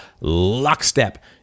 lockstep